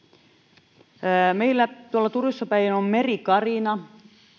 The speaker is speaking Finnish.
ole silloin meillä tuolla turussa päin on meri karina